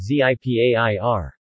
ZIPAIR